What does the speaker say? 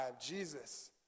Jesus